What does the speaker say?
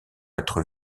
être